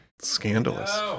scandalous